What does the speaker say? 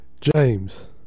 james